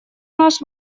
наш